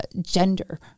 gender